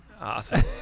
awesome